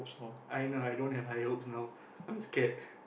I know I don't have higher hopes now I'm scared